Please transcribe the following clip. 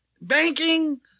banking